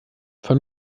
von